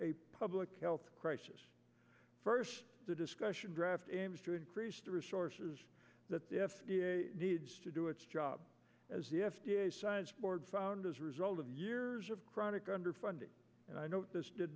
a public health crisis first the discussion draft aims to increase the resource that the f d a needs to do its job as the f d a science board found as a result of years of chronic underfunding and i know this did